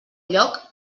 lloc